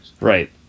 Right